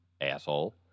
asshole